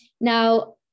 Now